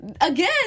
again